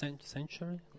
century